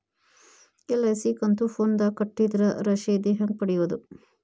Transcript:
LIC ಕಂತು ಫೋನದಾಗ ಕಟ್ಟಿದ್ರ ರಶೇದಿ ಹೆಂಗ್ ಪಡೆಯೋದು?